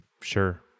Sure